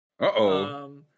Uh-oh